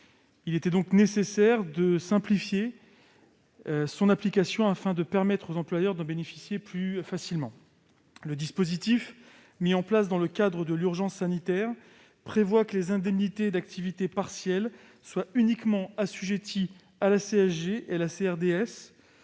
Il était donc nécessaire de simplifier son application ; on permet ainsi aux employeurs d'en bénéficier plus facilement. Le dispositif mis en place dans le cadre de l'état d'urgence sanitaire prévoyait que les indemnités d'activité partielle ne soient assujetties à la CSG et à la CRDS